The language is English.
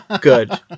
good